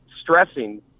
stressing